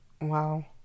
Wow